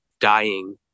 dying